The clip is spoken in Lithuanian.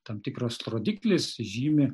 tam tikras rodiklis žymi